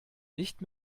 nicht